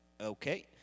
Okay